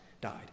died